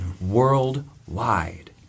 worldwide